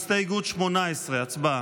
הסתייגות 18. הצבעה.